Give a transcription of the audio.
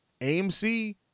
amc